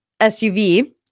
SUV